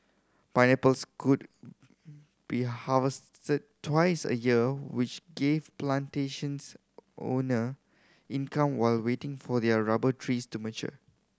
pineapples could be harvested twice a year which gave plantations owner income while waiting for their rubber trees to mature